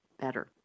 better